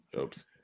Oops